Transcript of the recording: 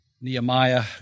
Nehemiah